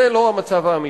זה לא המצב האמיתי.